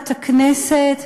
למליאת הכנסת,